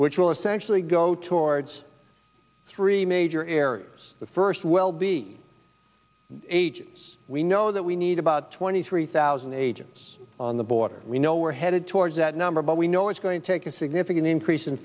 which will essentially go towards three major areas the first well we know that we need about twenty three thousand agents on the border we know we're headed towards that number but we know it's going to take a significant increase in